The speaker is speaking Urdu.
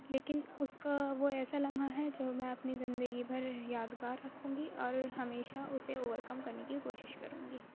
لیكن اُس كا وہ ایسا لمحہ ہے جو میں اپنی زندگی بھر یادگار ركھوں گی اور ہمیشہ اُسے اوور كم كرنے كی كوشش کروں گی